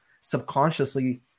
subconsciously